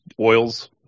oils